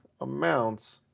amounts